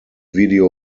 video